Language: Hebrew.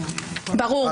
ברור.